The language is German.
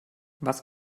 was